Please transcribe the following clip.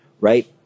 right